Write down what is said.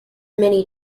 many